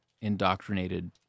indoctrinated